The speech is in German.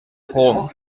brom